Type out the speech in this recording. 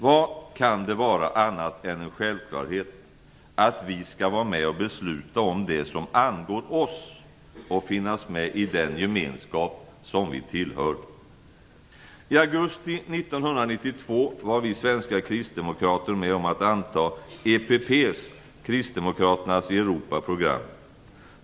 Vad kan det vara annat än en självklarhet att vi skall vara med och besluta om det som angår oss och finnas med i den gemenskap som vi tillhör? I augusti 1992 var vi svenska kristdemokrater med om att anta ett program från EPP, kristdemokraterna i Europa.